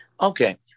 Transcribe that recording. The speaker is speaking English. Okay